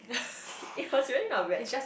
it was really not bad